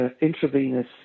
intravenous